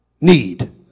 need